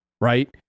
Right